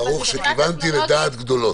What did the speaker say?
ברוך שכיוונתי לדעת גדולות.